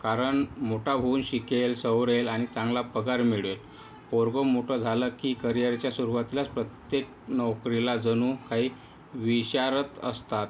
कारण मोठा होऊन शिकेल सवरेल आणि चांगला पगार मिळवेल पोरगं मोठं झालं की करियरच्या सुरुवातीलाच प्रत्येक नोकरीला जणू काही विशारत असतात